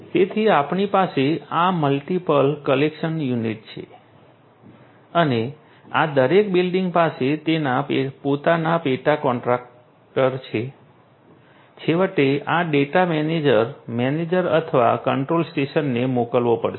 તેથી આપણી પાસે આ મલ્ટિપલ કલેક્શન યુનિટ છે અને આ દરેક બિલ્ડીંગ પાસે તેના પોતાના પેટા કોન્ટ્રાક્ટર છે છેવટે આ ડેટા મેનેજર મેનેજર અથવા કંટ્રોલ સ્ટેશનને મોકલવો પડશે